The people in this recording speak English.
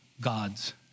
God's